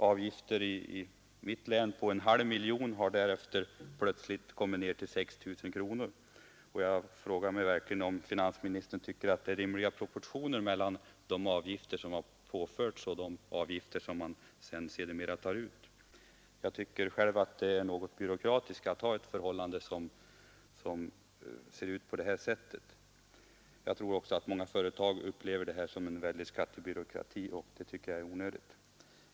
I mitt län har avgifter på en halv miljon kronor plötsligt kommit ned till 6 000 kronor. Tycker finansministern verkligen att det är rimliga proportioner mellan de avgifter som har påförts och de som sedermera tas ut? Själv tycker jag att det är något byråkratiskt. Många företag upplever det också som skattebyråkrati.